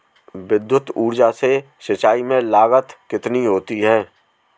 विद्युत ऊर्जा से सिंचाई में लागत कितनी होती है?